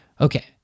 Okay